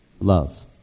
love